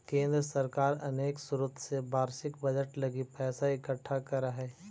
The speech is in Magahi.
केंद्र सरकार अनेक स्रोत से वार्षिक बजट लगी पैसा इकट्ठा करऽ हई